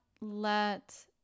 let